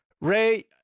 ray